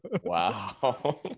Wow